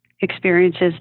experiences